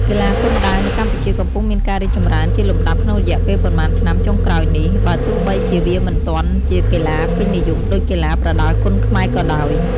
កីឡាគុនដាវនៅកម្ពុជាកំពុងមានការរីកចម្រើនជាលំដាប់ក្នុងរយៈពេលប៉ុន្មានឆ្នាំចុងក្រោយនេះ បើទោះបីជាវាមិនទាន់ជាកីឡាពេញនិយមដូចកីឡាប្រដាល់គុនខ្មែរក៏ដោយ។